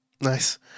nice